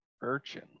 Urchin